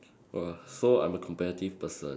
!whoa! so I'm a competitive person